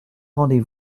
rendez